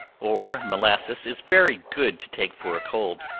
or molasses, is very good to take for a cold.